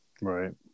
right